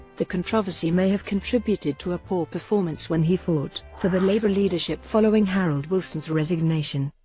the controversy may have contributed to a poor performance when he fought for the labour leadership following harold wilson's resignation.